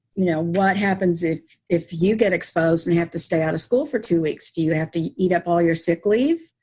you know what happens if if you get exposed and have to stay out of school for two weeks, do you have to eat eat up all your sick leave?